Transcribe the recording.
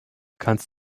kannst